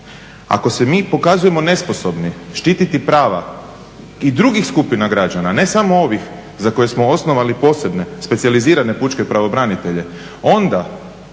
ako se mi pokazujemo nesposobnim štititi prava i drugih skupina građana ne samo ovih za koje smo osnovali posebne specijalizirane pučke pravobranitelje, onda